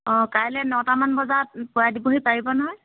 অঁ কাইলৈ নটামান বজাত পোৱাই দিবহি পাৰিব নহয়